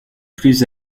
plus